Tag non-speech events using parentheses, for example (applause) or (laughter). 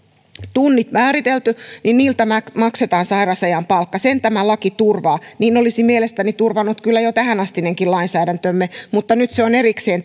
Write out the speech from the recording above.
tunnit määritelty niin niiltä maksetaan sairausajan palkka sen tämä laki turvaa niin olisi mielestäni turvannut kyllä jo tähänastinenkin lainsäädäntömme mutta nyt se on erikseen (unintelligible)